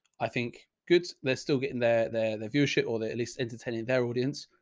i think. good. they're still getting their, their, their viewership, or they're at least entertaining their audience.